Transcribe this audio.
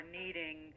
needing